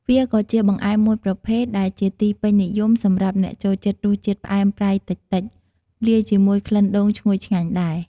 វាក៏ជាបង្អែមមួយប្រភេទដែលជាទីពេញនិយមសម្រាប់អ្នកចូលចិត្តរសជាតិផ្អែមប្រៃតិចៗ លាយជាមួយក្លិនដូងឈ្ងុយឆ្ងាញ់ដែរ។